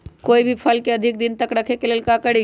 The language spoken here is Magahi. कोई भी फल के अधिक दिन तक रखे के ले ल का करी?